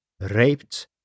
raped